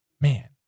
man